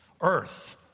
Earth